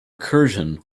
recursion